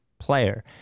player